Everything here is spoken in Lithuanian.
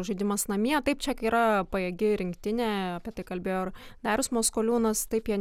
žaidimas namie taip čekai yra pajėgi rinktinė apie tai kalbėjo ir darius maskoliūnas taip jie